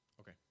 Okay